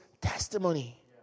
testimony